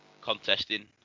contesting